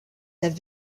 have